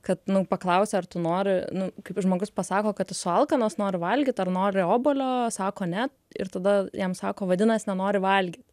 kad nu paklausi ar tu nori nu kaip žmogus pasako kad esu alkanas noriu valgyt ar nori obuolio sako ne ir tada jam sako vadinas nenori valgyt